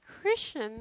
Christian